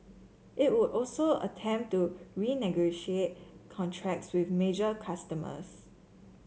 it would also attempt to renegotiate contracts with major customers